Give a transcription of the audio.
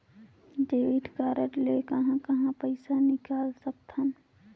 Debit card ले कहां कहां पइसा निकाल सकथन?